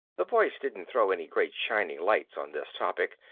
the voice didn't throw any great shining lights on this topic,